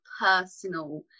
personal